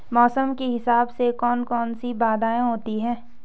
मौसम के हिसाब से कौन कौन सी बाधाएं होती हैं?